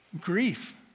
grief